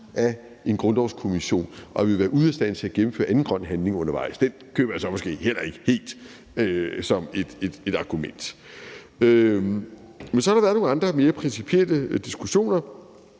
af en grundlovskommission, og at vi ville være ude af stand til at gennemføre anden grøn handling undervejs. Det køber jeg så måske heller ikke helt som et argument. Men så har der været nogle andre, mere principielle diskussioner,